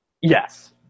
Yes